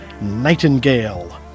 Nightingale